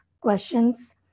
questions